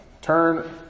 Turn